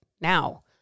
now